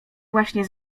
właśnie